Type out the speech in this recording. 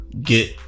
get